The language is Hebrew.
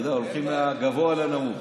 אתה יודע, הולכים מהגבוה לנמוך.